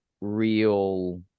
real –